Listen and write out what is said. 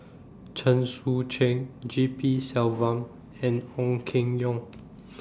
Chen Sucheng G P Selvam and Ong Keng Yong